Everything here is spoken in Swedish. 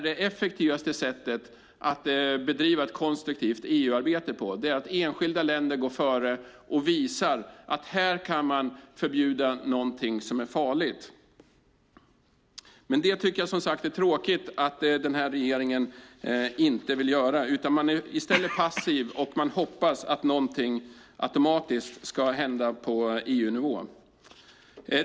Det effektivaste sättet att bedriva ett konstruktivt EU-arbete på är att enskilda länder går före och visar att här kan man förbjuda någonting som är farligt. Jag tycker som sagt att det är tråkigt att den här regeringen inte vill göra det. Man är i stället passiv och hoppas att någonting automatiskt ska hända på EU-nivå.